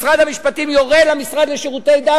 משרד המשפטים יורה למשרד לשירותי דת